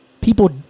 People